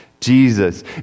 Jesus